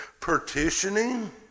partitioning